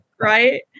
Right